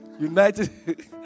United